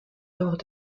lors